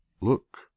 Look